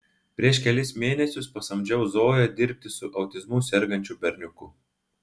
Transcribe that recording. prieš kelis mėnesius pasamdžiau zoją dirbti su autizmu sergančiu berniuku